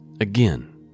Again